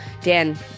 Dan